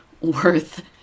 worth